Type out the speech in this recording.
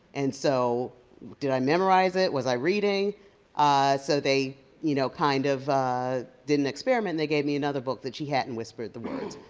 and so did i memorize it? was i reading? um so they you know kind of did an experiment and they gave me another book that she hadn't whispered the words.